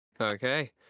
Okay